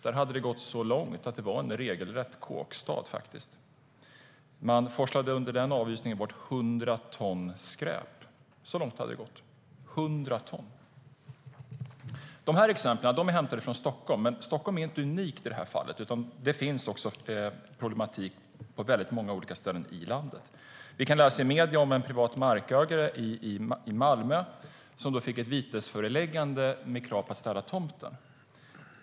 Där hade det gått så långt att det faktiskt var en regelrätt kåkstad, och man forslade under avhysningen bort 100 ton skräp. Så långt hade det gått - 100 ton. Dessa exempel är hämtade från Stockholm, men Stockholm är inte unikt i det här fallet. Det finns problematik på många olika ställen i landet. Vi kan i medierna läsa om en privat markägare i Malmö som fick ett vitesföreläggande med krav på att städa tomten.